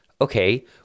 okay